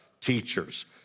teachers